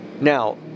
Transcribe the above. Now